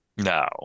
No